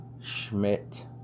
Schmidt